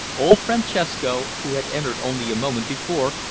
old francesco, who had entered only a moment before,